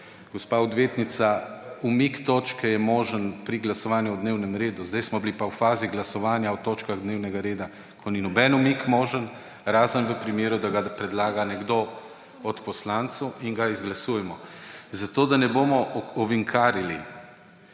gospa odvetnica, umik točke je možen pri glasovanju o dnevnem redu. Sedaj smo pa bili v fazi glasovanja o točkah dnevnega reda, ko ni nobeden umik možen, razen v primeru, da ga predlaga nekdo od poslancev in ga izglasujemo. Zato, da ne bomo ovinkarili,